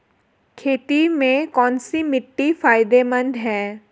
खेती में कौनसी मिट्टी फायदेमंद है?